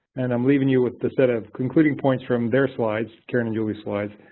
and i'm leaving you with the set of concluding points from their slides, karen and julie slides,